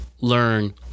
learn